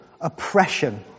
oppression